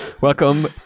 Welcome